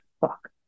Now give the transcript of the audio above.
fuck